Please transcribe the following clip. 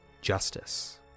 Justice